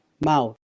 mouth